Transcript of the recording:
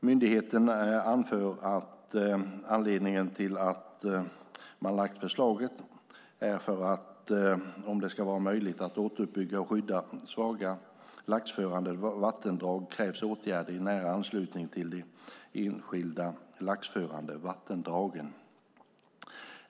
Myndigheten anför att anledningen till att man lagt fram förslaget är att om det ska vara möjligt att återuppbygga och skydda svaga laxförande vattendrag krävs åtgärder i nära anslutning till de enskilda laxförande vattendragen.